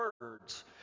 words